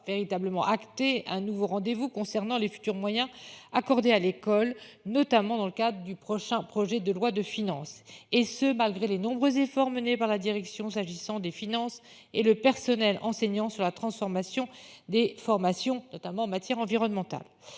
véritablement actées, un nouveau rendez-vous concernant les futurs moyens accordés à l'école, notamment dans le cadre du prochain projet de loi de finances et ce malgré les nombreux efforts menés par la direction. S'agissant des finances et le personnel enseignant sur la transformation des formations, notamment en matière environnementale,